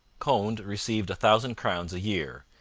conde received a thousand crowns a year,